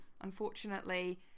Unfortunately